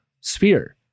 sphere